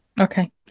okay